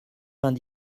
vingt